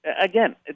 Again